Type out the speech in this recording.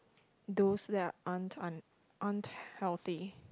those that aren't un~ aren't healthy